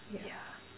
yeah